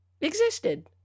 existed